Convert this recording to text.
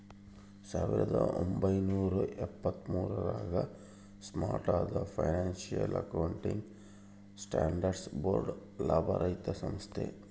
ಸಾವಿರದ ಒಂಬೈನೂರ ಎಪ್ಪತ್ತ್ಮೂರು ರಾಗ ಸ್ಟಾರ್ಟ್ ಆದ ಫೈನಾನ್ಸಿಯಲ್ ಅಕೌಂಟಿಂಗ್ ಸ್ಟ್ಯಾಂಡರ್ಡ್ಸ್ ಬೋರ್ಡ್ ಲಾಭರಹಿತ ಸಂಸ್ಥೆ